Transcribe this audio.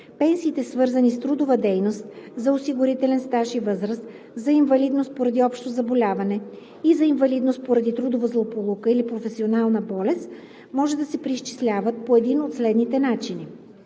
Пенсиите, свързани с трудова дейност – за осигурителен стаж и възраст, за инвалидност поради общо заболяване и за инвалидност поради трудова злополука или професионална болест, може да се преизчисляват по един от следните начини: